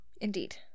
Indeed